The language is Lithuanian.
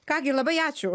ką gi labai ačiū